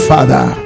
Father